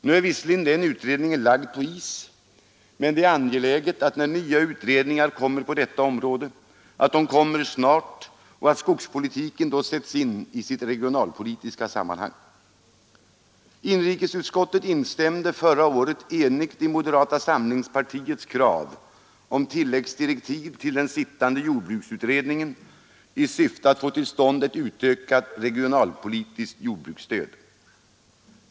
Nu är visserligen den utredningen lagd på is, men det är angeläget, när nya utredningar kommer på detta område, att de kommer snart och att skogspolitiken då sätts in i sitt regionalpolitiska sammanhang. Inrikesutskottet instämde förra året enigt i moderata samlingspartiets krav om tilläggsdirektiv till den sittande jordbruksutredningen i syfte att få till stånd ett utökat regionalpolitiskt jordbruksstöd.